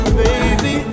baby